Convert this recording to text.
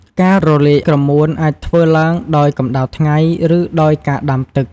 ការរលាយក្រមួនអាចធ្វើឡើងដោយកម្ដៅថ្ងៃ ឬដោយការដាំទឹក។